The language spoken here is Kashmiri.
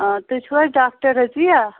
آ تُہۍ چھُو حظ ڈاکٹر رٔضِیا